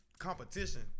competition